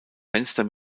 fenster